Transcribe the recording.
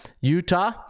Utah